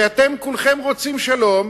הרי אתם כולכם רוצים שלום